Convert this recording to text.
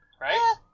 right